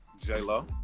J-Lo